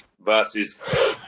versus